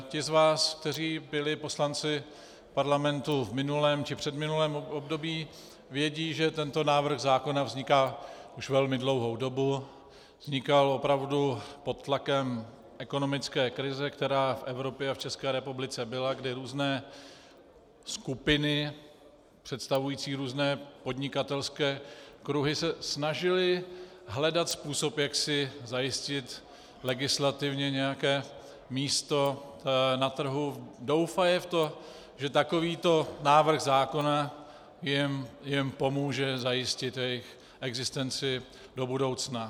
Ti z vás, kteří byli poslanci parlamentu v minulém či předminulém období, vědí, že tento návrh zákona vzniká už velmi dlouhou dobu, vznikal opravdu pod tlakem ekonomické krize, která v Evropě a v ČR byla, kdy různé skupiny představující různé podnikatelské kruhy se snažily hledat způsob, jak si zajistit legislativně nějaké místo na trhu doufajíce v to, že takovýto návrh zákona jim pomůže zajistit jejich existenci do budoucna.